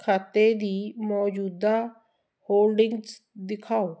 ਖਾਤੇ ਦੀ ਮੌਜੂਦਾ ਹੋਲਡਿੰਗਜ਼ ਦਿਖਾਓ